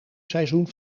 seizoen